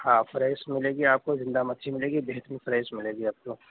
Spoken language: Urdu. ہاں فریش مِلے گی آپ كو زندہ مچھلی ملے گی بہترین فریش ملے گی آپ کو